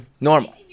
normal